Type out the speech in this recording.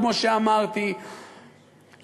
כמו שאמרתי,